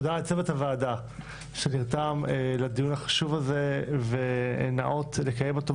תודה לצוות הוועדה שנרתם לדיון החשוב הזה ונאות לקיים אותו,